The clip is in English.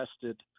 tested